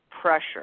pressure